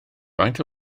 faint